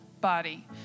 body